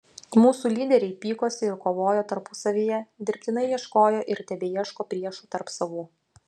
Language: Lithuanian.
mūsų lyderiai pykosi ir kovojo tarpusavyje dirbtinai ieškojo ir tebeieško priešų tarp savų